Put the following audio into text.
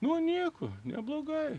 nuo nieko bloga